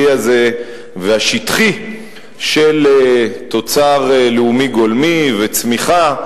הזה והשטחי של תוצר לאומי גולמי וצמיחה.